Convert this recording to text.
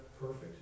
perfect